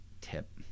tip